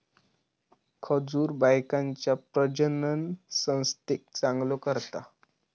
खजूर बायकांच्या प्रजननसंस्थेक चांगलो करता